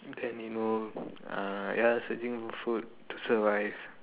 then you know uh ya searching for food to survive